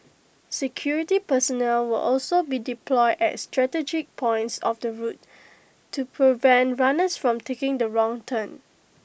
security personnel will also be deployed at strategic points of the route to prevent runners from taking the wrong turn